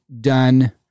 done